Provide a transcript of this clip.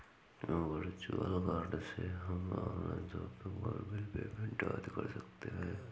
virtual card से हम online shopping और बिल पेमेंट आदि कर सकते है